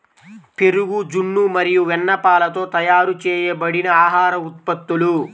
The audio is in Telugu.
పెరుగు, జున్ను మరియు వెన్నపాలతో తయారు చేయబడిన ఆహార ఉత్పత్తులు